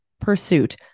pursuit